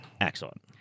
Excellent